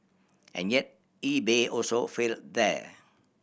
and yet eBay also failed there